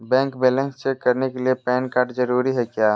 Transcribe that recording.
Bank balance check करने के लिए पैन कार्ड जरूरी है क्या?